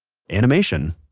animation